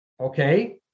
okay